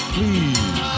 Please